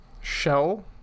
Shell